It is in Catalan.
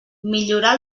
millorar